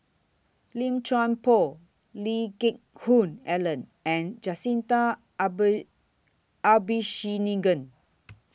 Lim Chuan Poh Lee Geck Hoon Ellen and Jacintha Abisheganaden